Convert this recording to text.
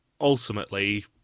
ultimately